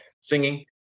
singing